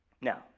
Now